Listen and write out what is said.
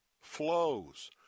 flows